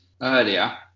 earlier